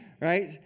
right